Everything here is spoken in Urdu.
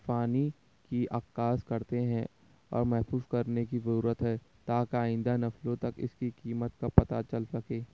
فانی کی عکاسی کرتے ہیں اور محفوظ کرنے کی ضرورت ہے تاکہ آئیندہ نسلوں تک اس کی قیمت کا پتا چل سکے